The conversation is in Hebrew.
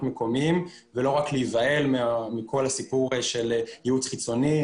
מקומיים ולא רק להיבהל מכל הסיפור של ייעוץ חיצוני,